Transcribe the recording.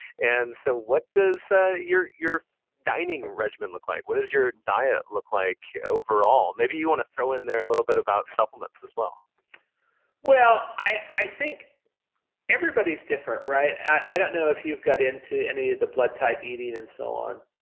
and so, what does your your dining regimen look like? what does your diet look like overall? maybe you want to throw in there a little bit about supplements as well? dwayne clark well, i think everybody's different, right? i don't know if you've got into any of the blood type eating and so on,